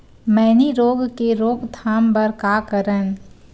मैनी रोग के रोक थाम बर का करन?